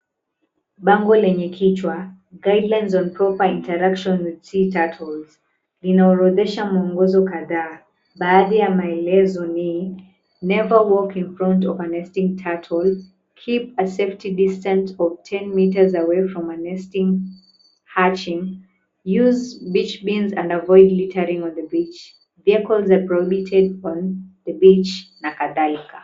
Bango lenye kichwa Guidelines on proper interaction with sea turtles linaorodhesha mwongozo kadhaa. Baadhi ya maelezo ni, never walk infront of a nesting turtle, keep a safety distance of ten metres away from a nesting - hatching, use beach beans and avoid littering on the beach, vehicles are prohibited on the beach na kadhalika.